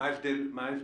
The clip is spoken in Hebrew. מה ההבדל?